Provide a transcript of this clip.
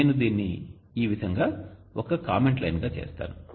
నేను దీనిని ఈ విధంగా ఒక కామెంట్ లైన్ గా చేస్తాను